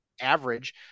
average